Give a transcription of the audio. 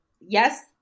Yes